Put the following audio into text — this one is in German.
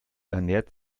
ernährt